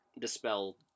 dispel